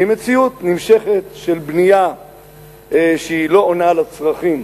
מציאות נמשכת של בנייה שלא עונה על הצרכים